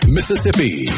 Mississippi